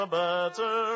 better